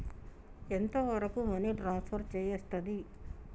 ఎంత వరకు money transfer చేయస్తది?